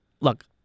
look